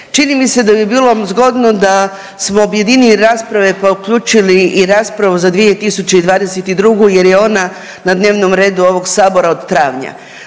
Čini mi se da bi bilo zgodno da smo objedinili rasprave, pa uključili i raspravu za 2022. jer je ona na dnevnom redu ovog sabora od travnja.